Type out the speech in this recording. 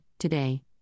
Today